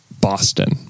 Boston